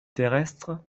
terrestre